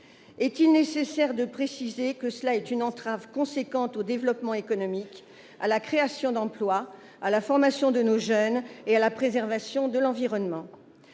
Est-il nécessaire de préciser qu'il s'agit là d'une forte entrave au développement économique, à la création d'emplois, à la formation de nos jeunes et à la préservation de l'environnement ?